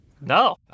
No